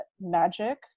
magic